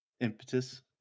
Impetus